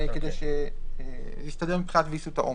כדי להסתדר מבחינת ויסות העומס.